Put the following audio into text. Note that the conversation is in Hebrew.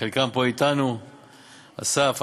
שחלקם פה אתנו אסף,